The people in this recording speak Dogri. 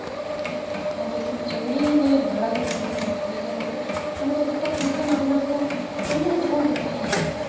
हून बिजनस जरुरी नेईं ऐ की बड़ा गै बिजनस करो पर टूरिजम आहली जगह बडियां चीजां होदियां